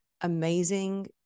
amazing